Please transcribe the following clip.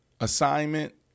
Assignment